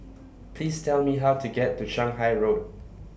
Please Tell Me How to get to Shanghai Road